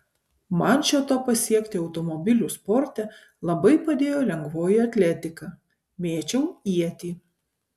man šio to pasiekti automobilių sporte labai padėjo lengvoji atletika mėčiau ietį